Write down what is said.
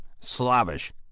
slavish